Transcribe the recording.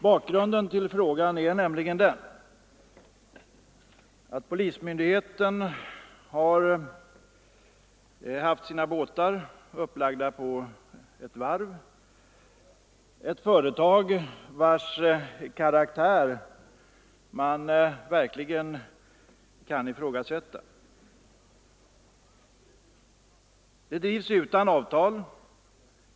Bakgrunden till frågan är den att polismyndigheten har haft sina båtar upplagda på ett varv — ett företag vars karaktär man verkligen kan ifrågasätta. Det drivs utan avtal.